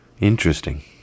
interesting